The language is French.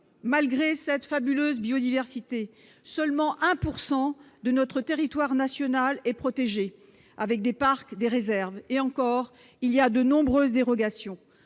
malgré cette fabuleuse biodiversité, seulement 1 % de notre territoire national est protégé par des parcs ou des réserves- et encore, il y a de nombreuses dérogations.